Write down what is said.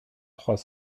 trois